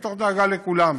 מתוך דאגה לכולם.